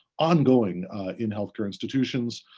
ongoing in healthcare institutions.